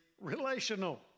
relational